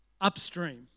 upstream